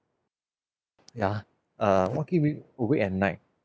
yeah uh what keep me awake at night